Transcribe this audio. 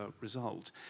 result